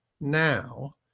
now